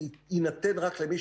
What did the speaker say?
יינתן רק למי